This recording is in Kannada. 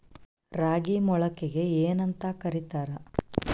ರಾಗಿ ಮೊಳಕೆಗೆ ಏನ್ಯಾಂತ ಕರಿತಾರ?